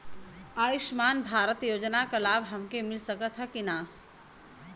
आयुष्मान भारत योजना क लाभ हमके मिल सकत ह कि ना?